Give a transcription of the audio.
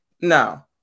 no